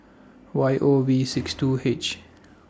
Y O V six two H